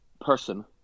person